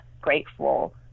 grateful